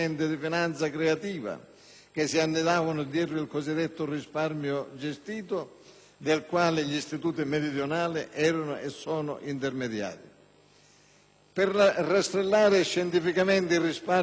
che si annidavano dietro il cosiddetto risparmio gestito, del quale gli istituti meridionali erano, e sono, intermediari; per rastrellare scientificamente i risparmi della povera gente